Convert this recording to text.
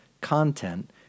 content